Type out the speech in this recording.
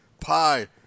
Pie